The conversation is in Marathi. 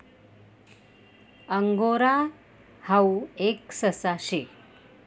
अंगोरा हाऊ एक ससा शे